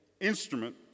instrument